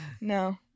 No